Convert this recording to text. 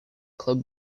club